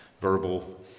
verbal